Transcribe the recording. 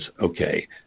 okay